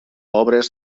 obres